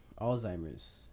Alzheimer's